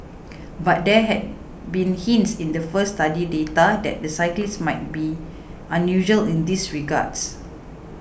but there had been hints in the first study's data that the cyclists might be unusual in these regards